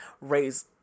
raise